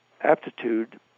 aptitude